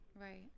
right